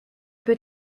peut